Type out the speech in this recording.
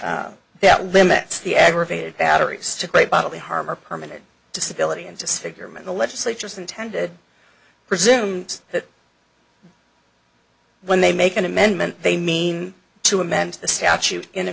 that limits the aggravated battery to great bodily harm or permanent disability and disfigurement the legislature is intended presumes that when they make an amendment they mean to amend the statute in a